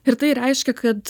ir tai reiškia kad